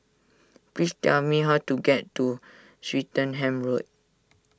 please tell me how to get to Swettenham Road